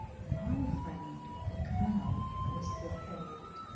my friend the colonel whispered harriot,